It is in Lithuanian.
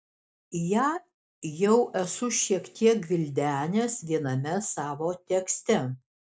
ją jau esu šiek tiek gvildenęs viename savo tekste